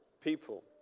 people